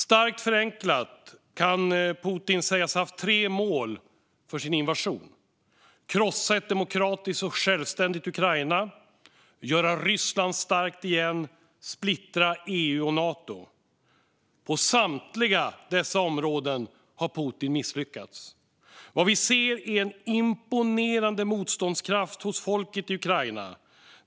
Starkt förenklat kan Putin sägas ha haft tre mål med sin invasion: att krossa ett demokratiskt och självständigt Ukraina, att göra Ryssland starkt igen och att splittra EU och Nato. På samtliga dessa områden har Putin misslyckats. Vad vi ser är en imponerande motståndskraft hos folket i Ukraina.